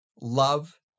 love